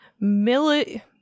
Millie